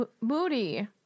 Moody